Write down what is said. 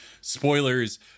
spoilers